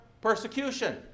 persecution